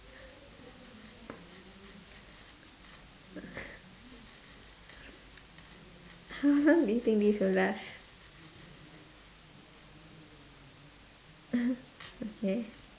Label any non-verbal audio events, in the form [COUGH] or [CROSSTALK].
how long do you think this will last [LAUGHS] okay